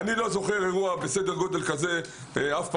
אני לא זוכר אירוע בסדר גודל כזה שהיה